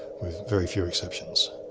with very few exceptions.